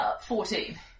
Fourteen